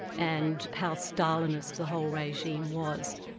and how stalinist the whole regime was.